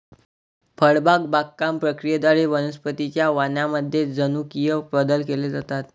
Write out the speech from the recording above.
फळबाग बागकाम प्रक्रियेद्वारे वनस्पतीं च्या वाणांमध्ये जनुकीय बदल केले जातात